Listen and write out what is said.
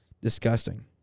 Disgusting